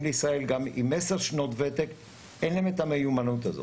לישראל עם 10 שנות ותק אין את המיומנות הזאת.